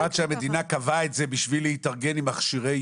המדינה קבעה את זה בשביל להתארגן עם מכשירי